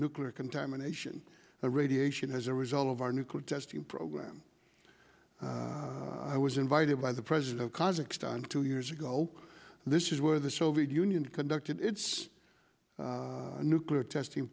nuclear contamination or radiation as a result of our nuclear testing program i was invited by the president of context on two years ago this is where the soviet union conducted its nuclear testing